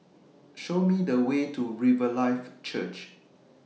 Show Me The Way to Riverlife Church